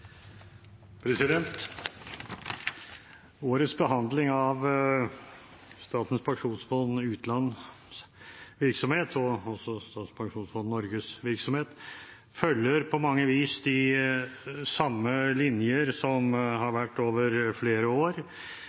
innstilling. Årets behandling av Statens pensjonsfond utlands virksomhet og også Staten pensjonsfond Norges virksomhet følger på mange vis de samme linjene som de som har vært over flere år.